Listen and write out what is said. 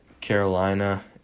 Carolina